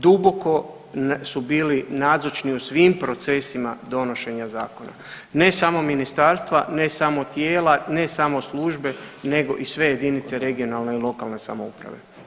Duboko su bili nazočni u svim procesima donošenja zakona, ne samo ministarstva, ne samo tijela, ne samo službe nego i sve jedinice regionalne i lokalne samouprave.